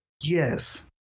Yes